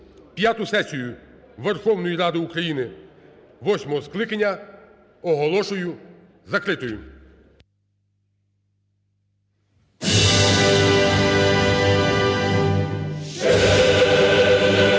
П'яту сесію Верховної Ради України восьмого скликання оголошую закритою. (Лунає